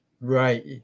Right